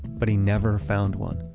but he never found one.